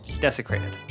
desecrated